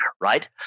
right